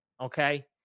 Okay